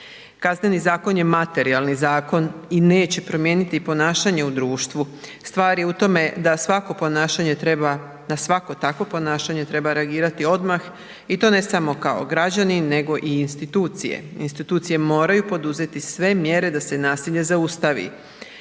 Kazneni zakon je materijalni zakon i neće promijeniti ponašanje u društvu, stvar je u tome da svako ponašanje treba, na svako takvo ponašanje treba reagirati odmah i to ne samo kao građanin nego i institucije. Institucije moraju poduzeti sve mjere da se nasilje zaustavi.